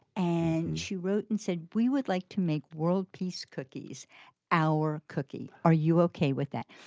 and she wrote and said, we would like to make world peace cookies our cookie. are you okay with that?